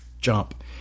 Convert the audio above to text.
jump